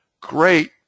Great